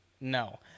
No